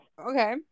okay